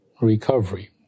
recovery